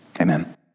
Amen